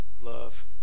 love